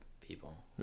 people